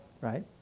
right